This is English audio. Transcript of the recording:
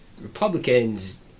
Republicans